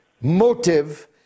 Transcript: motive